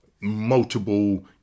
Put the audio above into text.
multiple